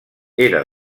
era